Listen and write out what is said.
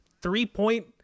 three-point